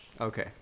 Okay